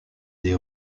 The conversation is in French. des